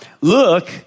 look